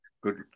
good